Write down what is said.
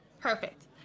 Perfect